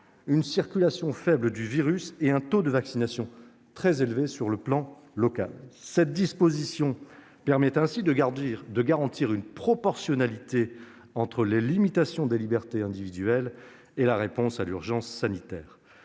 une circulation faible du virus et un taux de vaccination très élevé à l'échelon local. Cette disposition permettra ainsi de garantir une proportionnalité entre les limitations des libertés individuelles et la réponse à l'urgence sanitaire.